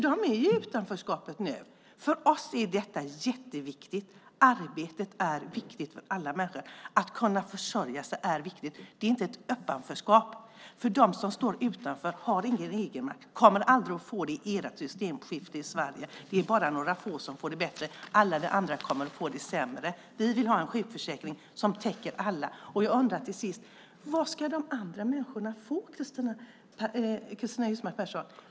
De är i utanförskap nu. För oss är detta jätteviktigt. Arbetet är viktigt för alla människor. Att kunna försörja sig är viktigt, inte utanförskap. De som står utanför har ingen egenmakt och kommer aldrig att få det med ert systemskifte i Sverige. Det är bara några få som får det bättre. Alla andra kommer att få det sämre. Vi vill ha en sjukförsäkring som täcker alla. Jag undrar till sist: Vad ska de andra människorna få, Cristina Husmark Pehrsson?